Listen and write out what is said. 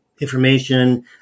information